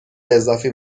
اضافی